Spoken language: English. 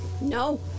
no